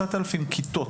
9,000 כיתות,